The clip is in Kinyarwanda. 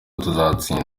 tuzatsinda